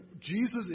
Jesus